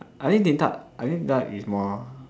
I think Din-Tat I think Din-Tat is more